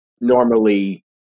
normally